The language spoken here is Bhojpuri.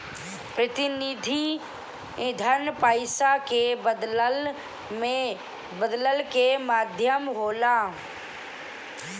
प्रतिनिधि धन पईसा के बदलला के माध्यम होला